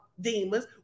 demons